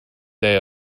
day